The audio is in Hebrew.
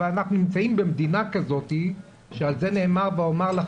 אבל אנחנו נמצאים במדינה כזאת שעל זה נאמר 'ואומר לך